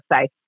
safe